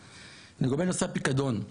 נועה, לגבי נושא הפיקדון,